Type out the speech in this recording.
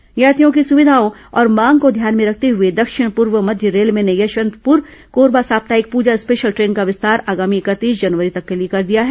यात्रियों की सुविधाओं और मांग को ध्यान में रखते हुए दक्षिण पूर्व मध्य रेलवे ने यशवंतपुर कोरबा साप्ताहिक पूजा स्पेशल ट्रेन का विस्तार आगामी इकतीस जनवरी तक के लिए कर दिया है